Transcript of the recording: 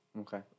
Okay